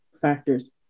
factors